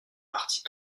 partis